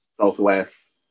Southwest